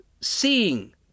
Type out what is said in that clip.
seeing